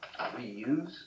Reuse